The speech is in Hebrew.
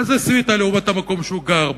מה זה סוויטה לעומת המקום שהוא גר בו?